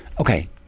okay